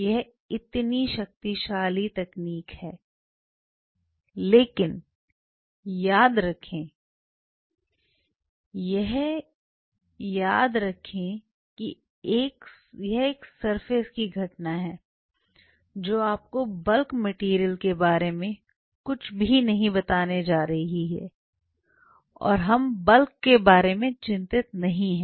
यह इतनी शक्तिशाली तकनीक है लेकिन याद रखें यह याद रखें कि यह एक सरफेस की घटना है जो आपको बल्क मटेरियल के बारे में कुछ भी नहीं बताने जा रही है और हम बल्क के बारे में चिंतित नहीं हैं